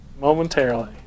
Momentarily